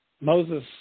Moses